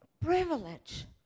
privilege